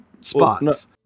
spots